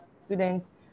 students